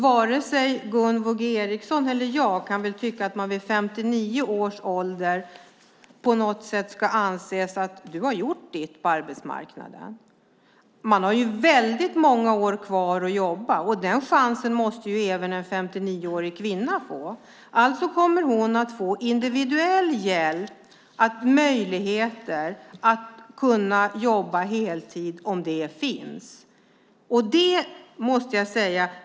Varken Gunvor G Ericson eller jag tycker väl att man ska anses ha gjort sitt på arbetsmarknaden vid 59 års ålder. Man har många år kvar att jobba. Den chansen måste även en 59-årig kvinna få. Hon kommer nu att få individuell hjälp och möjlighet att jobba heltid om hon kan.